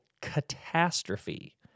catastrophe